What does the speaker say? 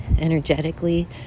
energetically